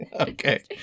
Okay